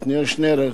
עתניאל שנלר,